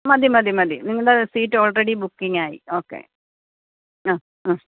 മതി മതി മതി നിങ്ങളുടെ സീറ്റ് ഓൾറെഡി ബുക്കിങ് ആയി ഓക്കെ അ അ